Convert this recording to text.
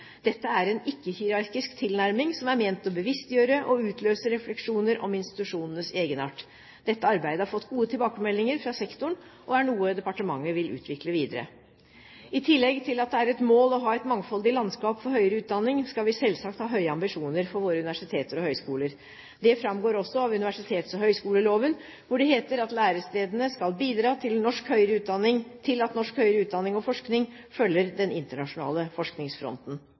Dette er en ikke-hierarkisk tilnærming som er ment å bevisstgjøre og utløse refleksjoner om institusjonenes egenart. Dette arbeidet har fått gode tilbakemeldinger fra sektoren og er noe departementet vil utvikle videre. I tillegg til at det er et mål å ha et mangfoldig landskap for høyere utdanning, skal vi selvsagt ha høye ambisjoner for våre universiteter og høyskoler. Det framgår også av universitets- og høyskoleloven, hvor det heter at lærestedene skal «bidra til at norsk høyere utdanning og forskning følger den internasjonale forskningsfronten».